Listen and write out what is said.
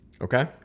okay